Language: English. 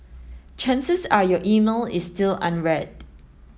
chances are your email is still unread